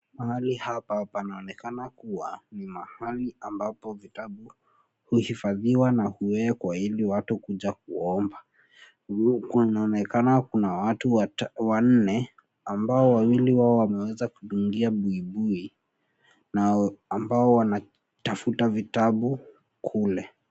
Mahali hapa panaonekana kuwa, ni mahali ambapo vitabu, huhifadhiwa na huekwa ili watu kuja kuomba, kunaonekana kuna watu wanne, ambao wawili wao wameweza kudungia buibui, na ambao wana, tafuta vitabu, kule.